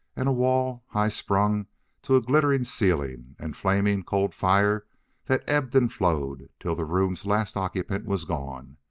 and a wall, high-sprung to a glittering ceiling, and flaming, cold fire that ebbed and flowed till the room's last occupant was gone.